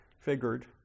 figured